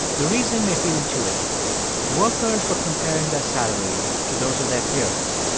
the reason may feel intuitive workers were comparing their salary to those of their peers.